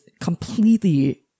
completely